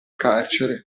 carcere